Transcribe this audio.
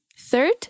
Third